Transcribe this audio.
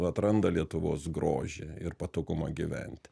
atranda lietuvos grožį ir patogumą gyventi